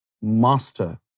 master